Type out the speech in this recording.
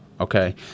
Okay